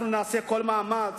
אנחנו נעשה כל מאמץ